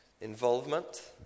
involvement